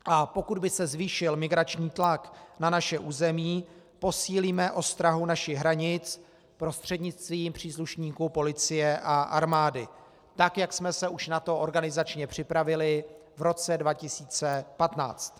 A pokud by se zvýšil migrační tlak na naše území, posílíme ostrahu našich hranic prostřednictvím příslušníků policie a armády tak, jak jsme se už na to organizačně připravili v roce 2015.